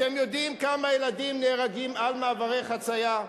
אתם יודעים כמה ילדים נהרגים במעברי חצייה?